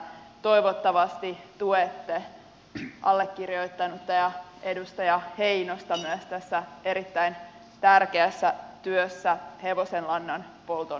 toivottavasti tuette allekirjoittanutta ja edustaja heinosta myös tässä erittäin tärkeässä työssä hevosenlannan polton sallimiseksi